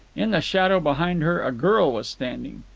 in the shadow behind her a girl was standing.